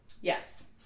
Yes